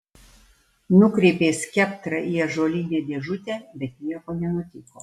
nukreipė skeptrą į ąžuolinę dėžutę bet nieko nenutiko